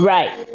Right